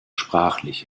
sprachlich